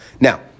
Now